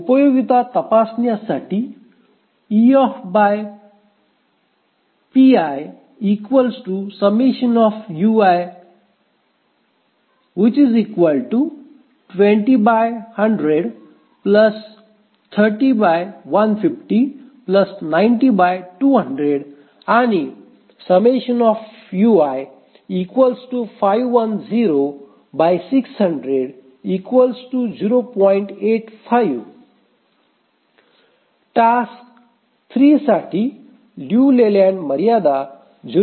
उपयोगिता तपासण्यासाठी आणि टास्क 3 साठी लिऊ लेलँड मर्यादा 0